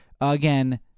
again